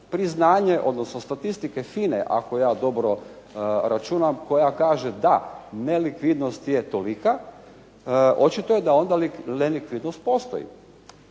priznanje, odnosno statistike FINA-e ako ja dobro računam koja kaže da nelikvidnost je tolika, očito je da onda nelikvidnost postoji.